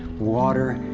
water,